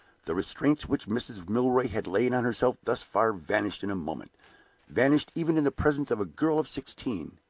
the restraints which mrs. milroy had laid on herself thus far vanished in a moment vanished even in the presence of a girl of sixteen,